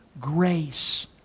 grace